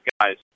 guys